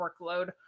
workload